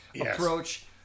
approach